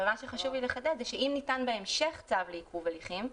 אבל מה שחשוב לי לחדד זה שאם ניתן בהמשך צו לעיכוב הליכים,